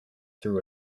through